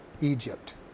Egypt